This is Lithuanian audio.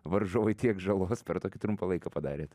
varžovui tiek žalos per tokį trumpą laiką padarėt